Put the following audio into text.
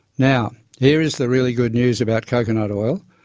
now, here is the really good news about coconut oil,